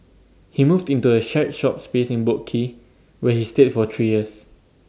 he moved into A shared shop space in boat quay where he stayed for three years